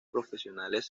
profesionales